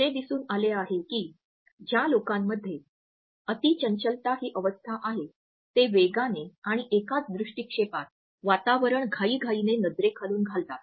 असे दिसून आले आहे की ज्या लोकांमध्ये अतिचंचलता ही अवस्था आहे ते वेगाने आणि एकाच दृष्टीक्षेपात वातावरण घाईघाईने नजरेखालून घालतात